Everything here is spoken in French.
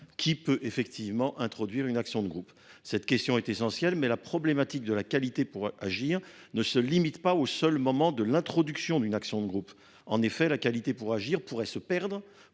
qui peut introduire une action de groupe ? Cette question est essentielle, mais la problématique de la qualité pour agir ne se pose pas seulement au moment de l’introduction d’une action de groupe. En effet, la qualité pour agir pourrait se perdre,